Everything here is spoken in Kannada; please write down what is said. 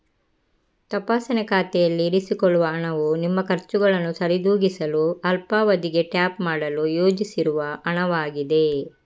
ತಪಾಸಣೆ ಖಾತೆಯಲ್ಲಿ ಇರಿಸಿಕೊಳ್ಳುವ ಹಣವು ನಿಮ್ಮ ಖರ್ಚುಗಳನ್ನು ಸರಿದೂಗಿಸಲು ಅಲ್ಪಾವಧಿಗೆ ಟ್ಯಾಪ್ ಮಾಡಲು ಯೋಜಿಸಿರುವ ಹಣವಾಗಿದೆ